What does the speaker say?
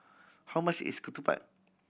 how much is ketupat